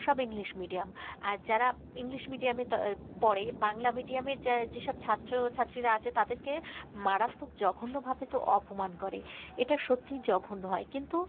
সব English medium আর যারা ইংলিশ মিডিয়ামে তো পড়ে বাংলা মিডিয়ামে যা যেসব ছাত্র ছাত্রীরা আছে তাদেরকে মারাত্মক জঘন্যভাবে তো অপমান করে এটা সত্যিই জঘন্য হয় কিন্তু